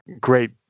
great